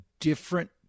Different